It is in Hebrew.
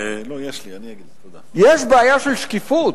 יש בעיה של שקיפות,